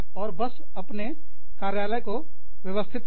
और बस अपने कार्यालय को व्यवस्थित करें